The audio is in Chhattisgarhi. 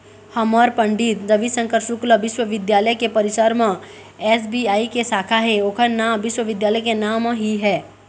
हमर पंडित रविशंकर शुक्ल बिस्वबिद्यालय के परिसर म एस.बी.आई के साखा हे ओखर नांव विश्वविद्यालय के नांव म ही है